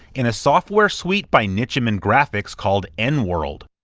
in a software suite by nichimen graphics called n-world,